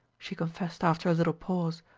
she confessed after a little pause,